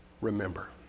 Remember